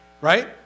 right